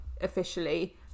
officially